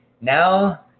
now